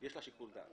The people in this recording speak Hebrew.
יש לה שיקול דעת.